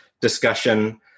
discussion